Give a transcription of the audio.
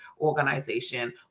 organization